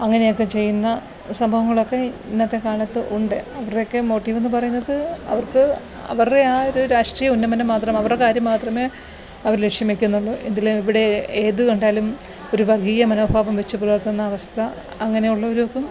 അങ്ങനെയൊക്കെ ചെയ്യുന്ന സംഭവങ്ങളൊക്കെ ഇന്നത്തെ കാലത്ത് ഉണ്ട് അവരുടെയൊക്കെ മോട്ടീവെന്നു പറയുന്നത് അവർക്ക് അവരുടെ ആ ഒരു രാഷ്ട്രീയ ഉന്നമനം മാത്രം അവരുടെ കാര്യം മാത്രമേ അവർ ലക്ഷ്യം വെക്കുന്നുള്ളു ഇതിലെ ഇവിടെ ഏതു കണ്ടാലും ഒരു വർഗ്ഗീയ മനോഭാവം വെച്ചു പുലർത്തുന്ന അവസ്ഥ അങ്ങനെയുള്ളവർക്കും